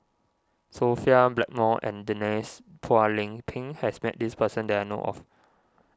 Sophia Blackmore and Denise Phua Lay Peng has met this person that I know of